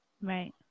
Right